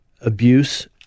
abuse